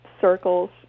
circles